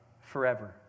forever